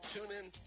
TuneIn